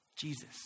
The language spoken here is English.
Jesus